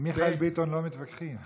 עם מיכאל ביטון לא מתווכחים.